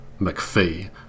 McPhee